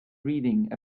reading